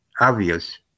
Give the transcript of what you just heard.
obvious